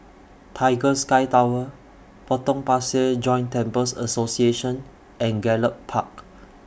Tiger Sky Tower Potong Pasir Joint Temples Association and Gallop Park